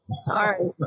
Sorry